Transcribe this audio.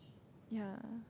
ya